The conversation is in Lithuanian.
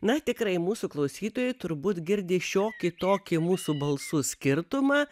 na tikrai mūsų klausytojai turbūt girdi šiokį tokį mūsų balsų skirtumą